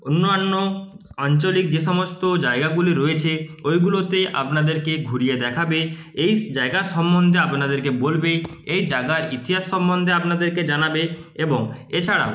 অন্যান্য আঞ্চলিক যে সমস্ত জায়গাগুলি রয়েছে ওইগুলোতে আপনাদেরকে ঘুরিয়ে দেখাবে এইস জায়গা সম্বন্ধে আপনাদেরকে বলবে এই জায়গার ইতিহাস সম্বন্ধে আপনাদেরকে জানাবে এবং এছাড়াও